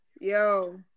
Yo